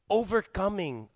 overcoming